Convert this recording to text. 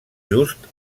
just